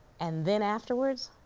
and then afterwards,